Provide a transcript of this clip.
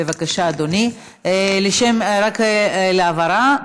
לשם הבהרה,